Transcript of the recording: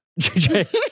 JJ